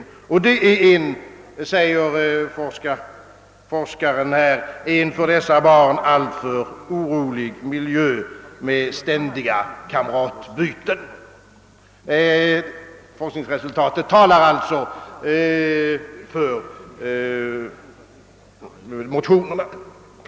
Det är en, säger forskaren, för dessa barn alltför orolig miljö med ständiga kamratbyten. Forskningsresultaten talar alltså faktiskt för motionerna.